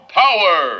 power